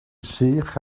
sych